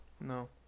No